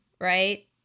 right